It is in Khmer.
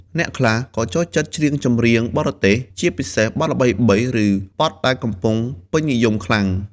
អ្នកខ្លះក៏ចូលចិត្តច្រៀងចម្រៀងបរទេស ជាពិសេសបទល្បីៗ ឬបទដែលកំពុងពេញនិយមខ្លាំង។